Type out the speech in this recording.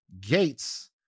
Gates